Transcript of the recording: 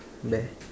bear